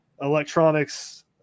Electronics